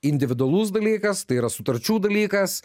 individualus dalykas tai yra sutarčių dalykas